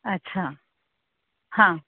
અચ્છા હા